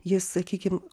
jis sakykim